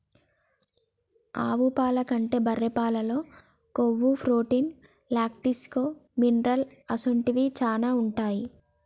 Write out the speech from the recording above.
ఆవు పాల కంటే బర్రె పాలల్లో కొవ్వు, ప్రోటీన్, లాక్టోస్, మినరల్ అసొంటివి శానా ఉంటాయి